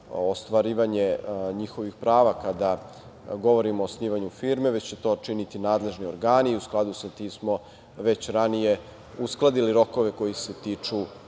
ostvarivanje njihovih prava, kada govorimo o osnivanju firme, već će to činiti nadležni organi i u skladu sa tim smo već ranije uskladili rokove koji se tiču